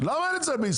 למה אין את זה בישראל?